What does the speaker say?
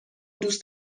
دوست